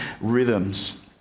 rhythms